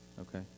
okay